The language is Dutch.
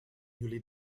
jullie